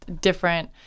different